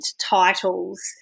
titles